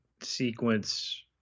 sequence